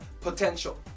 potential